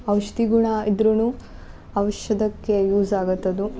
ಔಷಧಿ ಗುಣ ಇದ್ರೂ ಔಷಧಕ್ಕೆ ಯೂಸ್ ಆಗುತ್ತೆ ಅದು